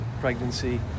pregnancy